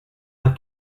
have